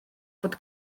fod